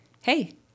Hey